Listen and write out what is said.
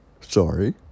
Sorry